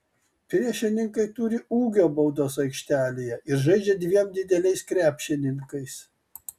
priešininkai turi ūgio baudos aikštelėje ir žaidžia dviem dideliais krepšininkais